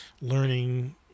learning